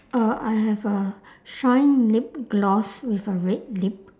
uh I have a shine lip gloss with a red lip